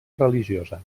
religiosa